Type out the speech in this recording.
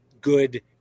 good